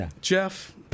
jeff